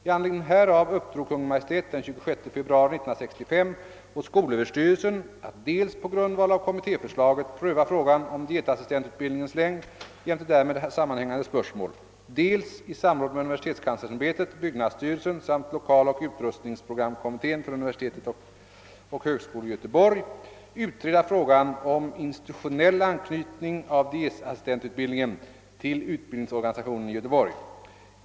I anledning härav uppdrog Kungl. Maj:t den 26 februari 1965 åt skolöverstyrelsen att dels på grundval av kommitté förslaget pröva frågan om dietassistentutbildningens längd jämte därmed sammanhängande spörsmål, dels — i samråd med universitetskanslersämbetet, byggnadsstyrelsen samt lokaloch utrustningsprogramkommittén för universitetet och högskolorna i Göteborg — utreda frågan om institutionell anknytning av dietassistentutbildningen till utbildningsorganisationen i Göteborg.